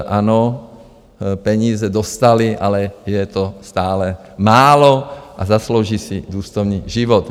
Ano, peníze dostali, ale je to stále málo a zaslouží si důstojný život.